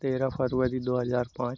तेरह फरवरी दो हज़ार पाँच